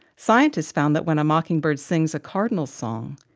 scientists found that when a mockingbird sings a cardinal's song,